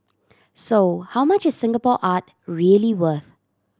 so how much is Singapore art really worth